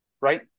right